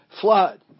flood